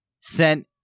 sent